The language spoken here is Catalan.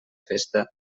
festa